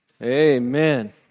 Amen